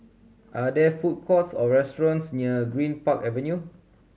are there food courts or restaurants near Greenpark Avenue